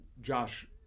Josh